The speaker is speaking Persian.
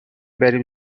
بریم